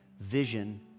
vision